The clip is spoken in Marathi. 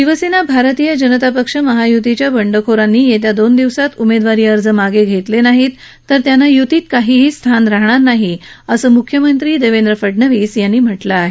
शिवसेना भारतीय जनता पक्ष महायुतीच्या बंडखोरांनी येत्या दोन दिवसांत उमेदवारी अर्ज मागे घेतले नाही तर त्यांना य्तीत काही स्थान राहणार नाही असं असं म्ख्यमंत्री देवेंद्र फडणवीस यांनी म्हटलं आहे